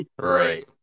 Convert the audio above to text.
Right